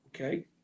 okay